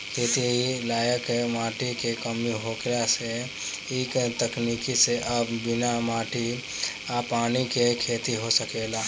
खेती लायक माटी के कमी होखे से इ तकनीक से अब बिना माटी आ पानी के खेती हो सकेला